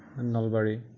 Nalbari